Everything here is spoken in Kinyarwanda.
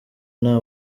nta